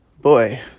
Boy